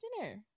dinner